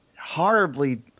horribly